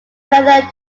further